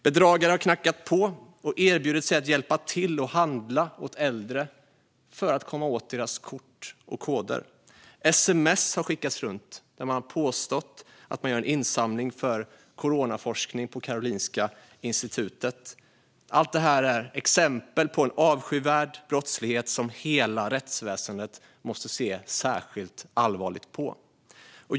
Bedragare har knackat på och erbjudit sig att hjälpa till och handla åt äldre för att komma åt deras kort och koder. Sms har skickats runt där man har påstått att man gör en insamling för coronaforskning på Karolinska institutet. Allt det här är exempel på en avskyvärd brottslighet som hela rättsväsendet måste se särskilt allvarligt på.